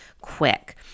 quick